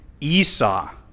Esau